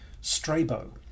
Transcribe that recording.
Strabo